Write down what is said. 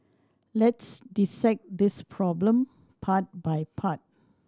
let's dissect this problem part by part